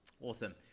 Awesome